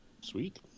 Sweet